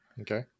Okay